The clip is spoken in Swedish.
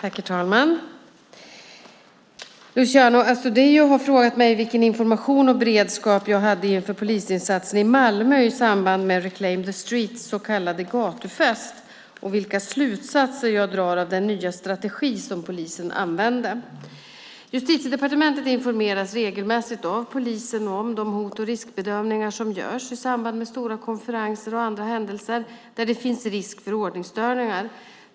Herr talman! Luciano Astudillo har frågat mig vilken information och beredskap jag hade inför polisinsatsen i Malmö i samband med Reclaim the Streets så kallade gatufest och vilka slutsatser jag drar av den nya strategi som polisen använde. Justitiedepartementet informeras regelmässigt av polisen om de hot och riskbedömningar som görs i samband med stora konferenser och andra händelser där det finns risk för ordningsstörningar.